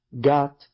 got